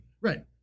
Right